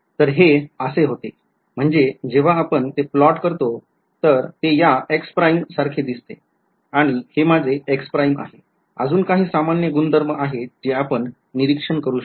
तर हे असे होतेम्हणजे जेव्हा आपण ते प्लॉट करतो तर ते या X prime सारखे दिसते आणि हे माझे X prime आहे आणि अजून काही सामान्य गुणधर्म आहेत जे आपण निरीक्षण करू शकतो